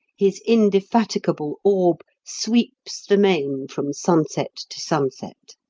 his indefatigable orb sweeps the main from sunset to sunset.